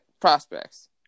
prospects